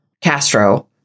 Castro